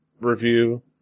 review